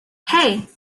hey